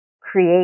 create